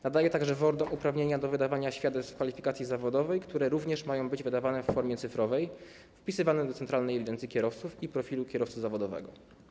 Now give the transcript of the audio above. Nadaje także WORD-om uprawnienia do wydawania świadectw kwalifikacji zawodowej, które również mają być wydawane w formie cyfrowej, wpisywane do centralnej ewidencji kierowców i profilu kierowcy zawodowego.